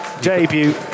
debut